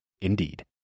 Indeed